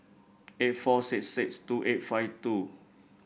eight four six six two eight five two